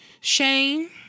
Shane